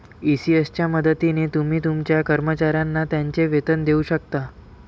ECS च्या मदतीने तुम्ही तुमच्या कर्मचाऱ्यांना त्यांचे वेतन देऊ शकता